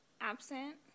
absent